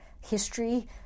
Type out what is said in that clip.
history